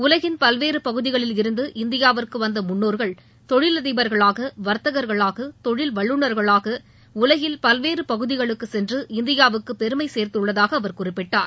உலகின் பல்வேறு பகுதிகளில் இருந்து இந்தியாவிற்கு வந்த முன்னோர்கள் தொழிலதிபர்களாக வர்த்தகர்களாக தொழில் வல்லுநர்களாக உலகில் பல்வேறு பகுதிகளுக்கு சென்று இந்தியாவுக்கு பெருமை சேர்த்துள்ளதாக அவர் குறிப்பிட்டார்